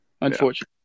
Unfortunate